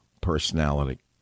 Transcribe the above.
personality